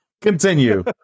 Continue